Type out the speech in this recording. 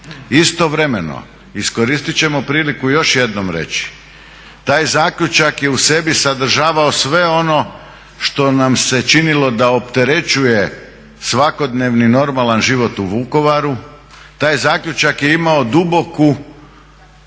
Istovremeno iskoristit ćemo priliku još jednom reći, taj zaključak je u sebi sadržavao sve ono što nam se činilo da opterećuje svakodnevni normalan život u Vukovaru. Taj zaključak je imao duboku